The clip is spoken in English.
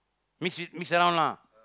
mix it mix around lah